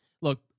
look